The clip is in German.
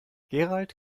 gerald